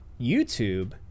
YouTube